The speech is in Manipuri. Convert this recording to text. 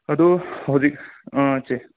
ꯑꯗꯣ ꯍꯧꯖꯤꯛ ꯑꯥ ꯆꯦ